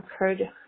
occurred